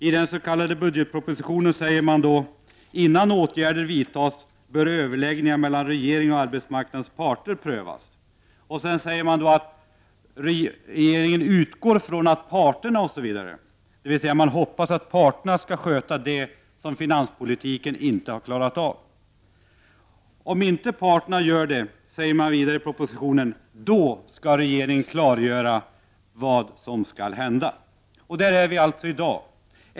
I den s.k. budgetpropositionen säger regeringen: ”Innan åtgärder vidtas bör överläggningar mellan regeringen och arbetsmarknadens parter prövas.” Vidare sägs ”att regeringen utgår från att parterna” osv., dvs. den hoppas att parterna skall sköta det som finanspolitiken inte har klarat av. Om inte parterna gör det, säger regeringen vidare i propositionen, då skall regeringen klargöra vad som skall hända. Där är vi alltså i dag.